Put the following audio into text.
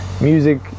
Music